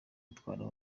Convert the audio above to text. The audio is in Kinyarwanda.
itwara